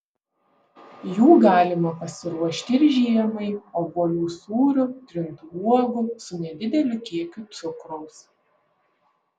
jų galima pasiruošti ir žiemai obuolių sūrių trintų uogų su nedideliu kiekiu cukraus